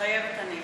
מתחייבת אני